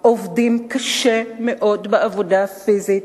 עובדים קשה מאוד בעבודה פיזית,